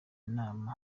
nama